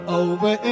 over